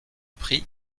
prix